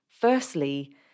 Firstly